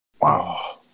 wow